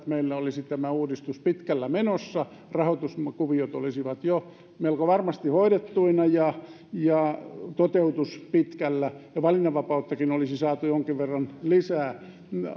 meillä olisi tämä uudistus pitkällä menossa rahoituskuviot olisivat jo melko varmasti hoidettuina ja ja toteutus pitkällä ja valinnanvapauttakin olisi saatu jonkin verran lisää